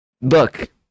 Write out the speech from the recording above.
look